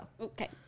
Okay